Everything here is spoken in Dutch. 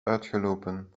uitgelopen